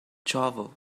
shovel